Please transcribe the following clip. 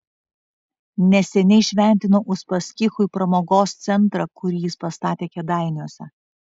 neseniai šventinau uspaskichui pramogos centrą kurį jis pastatė kėdainiuose